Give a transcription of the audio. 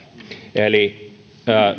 eli